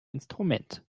instrument